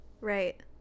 Right